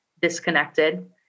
disconnected